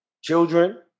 children